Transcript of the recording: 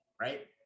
Right